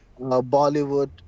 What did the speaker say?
Bollywood